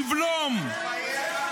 לבלום,